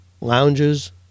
lounges